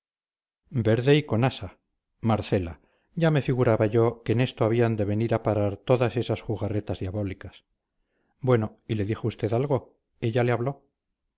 verde y con asa marcela ya me figuraba yo que en esto habían de venir a parar todas esas jugarretas diabólicas bueno y le dijo usted algo ella le habló